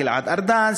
גלעד ארדן,